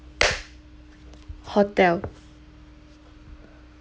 hotel